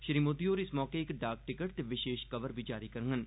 श्री मोदी होर इस मौके इक डाक टिकट ते विशेष कवर बी जारी करङन